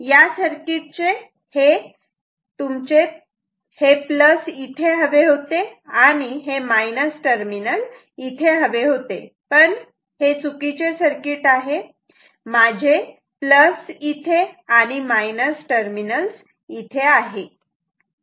या सर्किट चे हे तुमचे हे प्लस इथे हवे होते आणि मायनस इथे हवे होते पण हे चुकीचे सर्किट आहे माझे प्लस इथे आणि मायनस इथे आहे